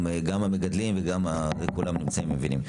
גם המגדלים וכולם נמצאים, מבינים.